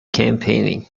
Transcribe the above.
campaigning